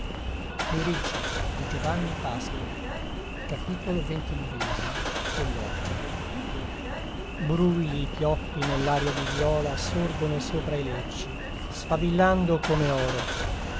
presso i miei morti brulli i pioppi nellaria di vïola sorgono sopra i lecci sfavillando come oro